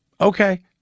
Okay